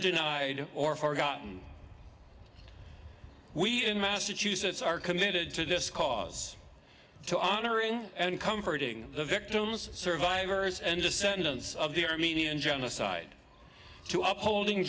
denied or forgotten we in massachusetts are committed to this cause to honoring and comforting the victims survivors and descendants of the armenian genocide to upholding